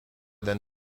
than